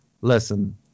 Listen